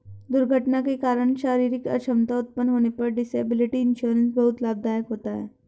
दुर्घटना के कारण शारीरिक अक्षमता उत्पन्न होने पर डिसेबिलिटी इंश्योरेंस बहुत लाभदायक होता है